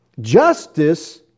Justice